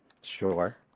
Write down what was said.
Sure